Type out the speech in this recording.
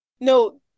No